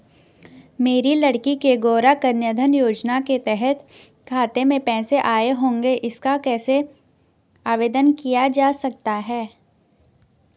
मेरी लड़की के गौंरा कन्याधन योजना के तहत खाते में पैसे आए होंगे इसका कैसे आवेदन किया जा सकता है?